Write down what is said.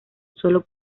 sólo